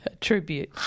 tribute